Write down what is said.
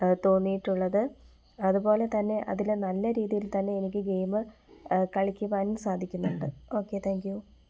തോന്നിയിട്ടുള്ളത് അതുപോലെ തന്നെ അതിൽ നല്ല രീതിയിൽ തന്നെ എനിക്ക് ഗെയിം കളിക്കുവാനും സാധിക്കുന്നുണ്ട് ഓക്കെ താങ്ക് യൂ